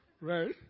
Right